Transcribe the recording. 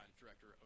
director